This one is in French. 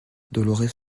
dolorès